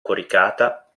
coricata